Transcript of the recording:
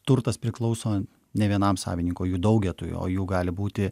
turtas priklauso ne vienam savininkui o jų daug o jų gali būti